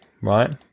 right